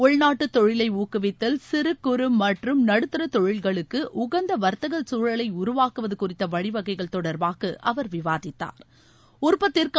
உள்நாட்டுதொழிலைஊக்குவித்தல் சிறுகுறுமற்றும் நடுத்தரதொழில்களுக்குஉகந்தவர்த்தகசூழலைஉருவாக்குவதுகுறித்தவழிவகைகள் தொடர்பாகஅவர் விவாதித்தாா்